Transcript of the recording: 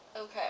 Okay